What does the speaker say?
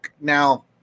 Now